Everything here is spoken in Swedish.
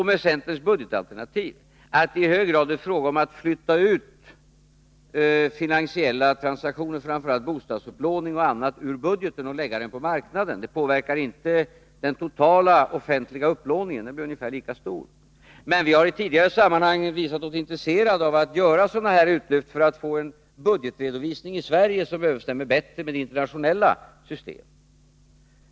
Med centerns budgetalternativ är det i hög grad fråga om att flytta ut finansiella transaktioner, framför allt bostadsupplåning, ur budgeten och lägga dem på marknaden. Det påverkar inte den totala offentliga upplåningen utan den blir ungefär lika stor, men vi har i tidigare sammanhang visat oss intresserade av att göra sådana utlyft för att få en budgetredovisning i Sverige som överensstämmer bättre med det internationella systemet.